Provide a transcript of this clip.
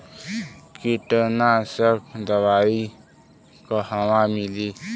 कीटनाशक दवाई कहवा मिली?